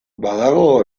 badago